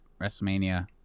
WrestleMania